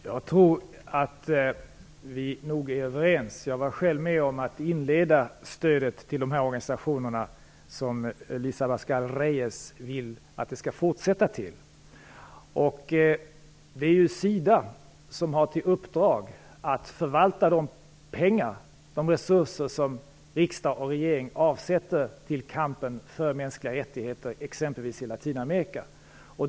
Herr talman! Jag tror att vi nog är överens. Jag var själv med om att inleda stödet till de organisationer som Elisa Abascal Reyes vill fortsätta ge stöd åt. Det är SIDA som har i uppdrag att förvalta de pengar och resurser som riksdag och regering avsätter till kampen för mänskliga rättigheter i t.ex. Latinamerika.